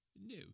No